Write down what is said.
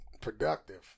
Productive